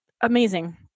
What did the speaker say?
amazing